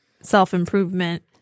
self-improvement